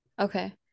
okay